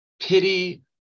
pity